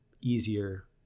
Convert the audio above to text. easier